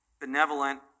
benevolent